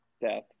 death